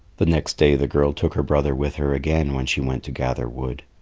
the next day the girl took her brother with her again when she went to gather wood.